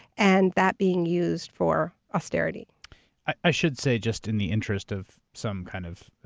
and that being used for austerity i should say, just in the interest of some kind of